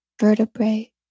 vertebrae